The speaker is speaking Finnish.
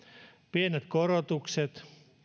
pienet korotukset